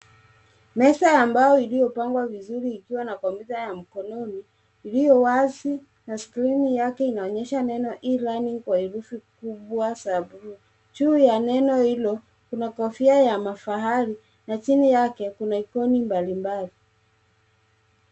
Meza ya mbao iliyopangwa vizuri ikiwa na kompyuta ya mkononi iliyo wazi na skrini yake inaonyesha neno e-learning kwa herufi kubwa za buluu. Juu ya neno hilo kunakofia ya mahafali na yake kuna ikoni mbalimbali.